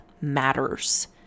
matters